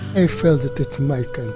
i felt that it's my country.